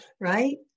Right